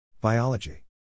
biology